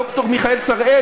ד"ר מיכאל שראל,